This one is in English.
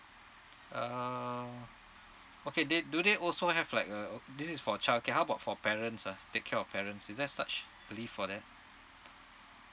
uh okay they do they also have like uh this is for childcare how about for parents ah take care of parents is there such a leave for that